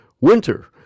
Winter